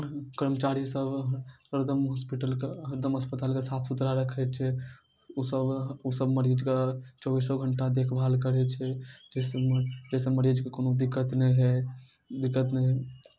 कर्मचारीसभ हरदम हॉस्पिटलके एकदम अस्पतालके साफ सुथरा रखै छै ओसभ ओसभ मरीजके चौबीसो घण्टा देखभाल करै छै जाहिसँ जाहिसँ मरीजके कोनो दिक्कत नहि होइ दिक्कत नहि होइ